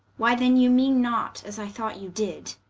why then you meane not, as i thought you did